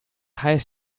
highest